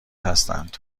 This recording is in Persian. هستند